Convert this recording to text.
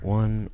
one